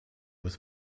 with